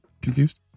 confused